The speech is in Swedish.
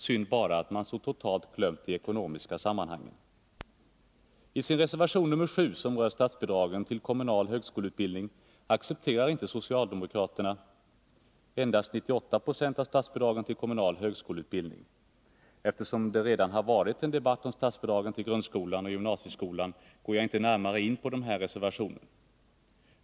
Synd bara att man så totalt glömt de ekonomiska sammanhangen. I sin reservation nr 7, som rör statsbidragen till kommunal högskoleutbildning, accepterar inte socialdemokraterna endast 98 90 av statsbidragen till kommunal högskoleutbildning. Eftersom det redan har förts en debatt om statsbidragen till grundskolan och gymnasieskolan går jag inte närmare in på den här reservationen.